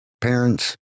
parents